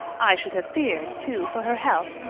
i should have feared, too, for her health,